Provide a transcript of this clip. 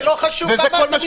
אם זה לא חשוב, למה אתה מתעקש?